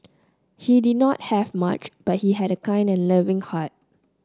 he did not have much but he had a kind and loving heart